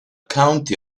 county